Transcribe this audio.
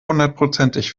hundertprozentig